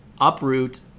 uproot